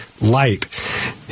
light